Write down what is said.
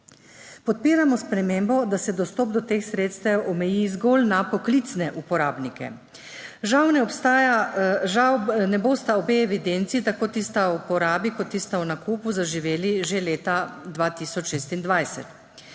Podpiramo spremembo, da se dostop do teh sredstev omeji zgolj na poklicne uporabnike. Žal ne bosta obe evidenci, tako tista o uporabi kot tista o nakupu, zaživeli že leta 2026.